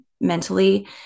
mentally